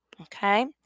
Okay